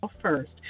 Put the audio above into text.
first